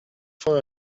fin